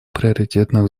приоритетных